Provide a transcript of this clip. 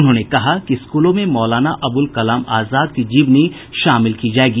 उन्होंने कहा कि स्कूलों में मौलाना अबुल कलाम आजाद की जीवनी शामिल की जायेगी